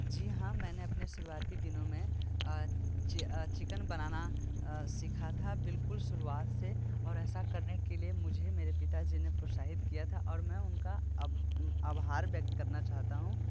जी हाँ मैंने अपने शुरुआत के दिनों मे चिकन बनाना सीखा था बिल्कुल शुरुआत से और ऐसा करने के लिए मुझे मेरे पिताजी ने प्रोत्साहित किया था और मैं उनका आभार वक्त करना चाहता हूँ